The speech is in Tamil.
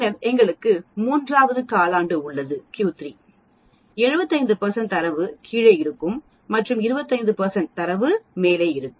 பின்னர் எங்களுக்கு மூன்றாவது காலாண்டு உள்ளது Q3 75 தரவு கீழே இருக்கும் மற்றும் 25 இதற்கு மேல் இருக்கும்